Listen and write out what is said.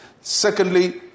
Secondly